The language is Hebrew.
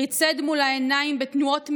ריצד מול העיניים בתנועות מהירות,